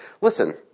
listen